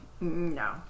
No